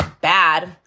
bad